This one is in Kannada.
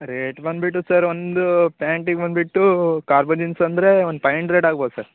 ರೇಟ್ ಬಂದುಬಿಟ್ಟು ಸರ್ ಒಂದು ಪ್ಯಾಂಟಿಗ್ ಬಂದುಬಿಟ್ಟು ಕಾರ್ಗೋ ಜೀನ್ಸ್ ಅಂದರೆ ಒಂದು ಪೈವ್ ಅಂಡ್ರೆಡ್ ಆಗ್ಬೋದು ಸರ್